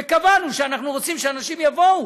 וקבענו שאנחנו רוצים שאנשים יבואו,